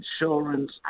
insurance